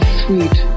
sweet